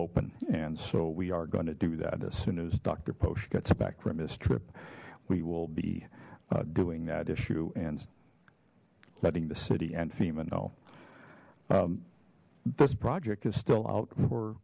open and so we are going to do that as soon as doctor post gets back from his trip we will be doing that issue and letting the city and fema know this project is still out for